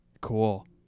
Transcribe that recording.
Cool